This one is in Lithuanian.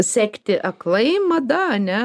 sekti aklai mada ane